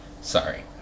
sorry